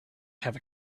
have